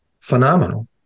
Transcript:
phenomenal